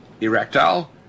erectile